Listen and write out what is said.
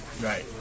Right